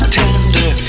tender